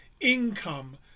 income